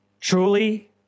Truly